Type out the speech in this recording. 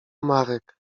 marek